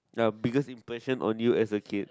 uh biggest impression on you as a kid